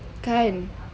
kan